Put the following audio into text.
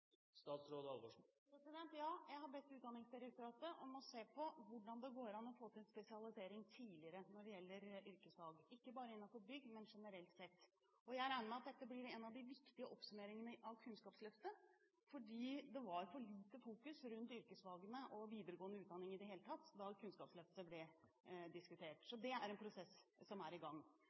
Ja, jeg har bedt Utdanningsdirektoratet om å se på hvordan det går an å få til en spesialisering tidligere når det gjelder yrkesfag, ikke bare innenfor bygg, men generelt sett. Jeg regner med at dette blir en av de viktige oppsummeringene når det gjelder Kunnskapsløftet, fordi det var for lite fokus rundt yrkesfagene og videregående utdanning i det hele tatt da Kunnskapsløftet ble diskutert. Så det er en prosess som er i gang.